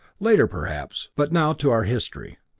later, perhaps but now to our history.